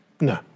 No